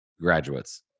graduates